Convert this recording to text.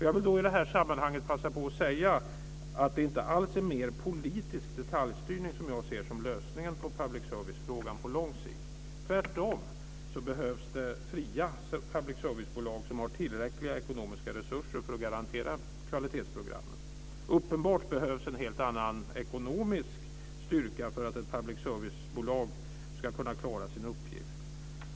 Jag vill i detta sammanhang passa på att säga att det inte alls är mer politisk detaljstyrning som jag ser som lösningen på public service-frågan på lång sikt. Tvärtom behövs fria public service-bolag som har tillräckliga ekonomiska resurser för att garantera kvalitetsprogrammen. Uppenbart behövs en helt annan ekonomisk styrka för att ett public service-bolag ska kunna klara sin uppgift.